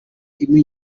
inkwi